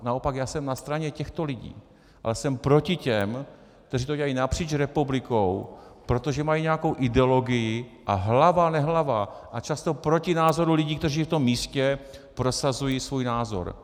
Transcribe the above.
Naopak, já jsem na straně těchto lidí, ale jsem proti těm, kteří to dělají napříč republikou, protože mají nějakou ideologii a hlava nehlava a často proti názoru lidí, kteří v tom místě prosazují svůj názor.